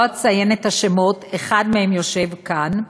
לא אציין את השמות, אחד מהם יושב כאן.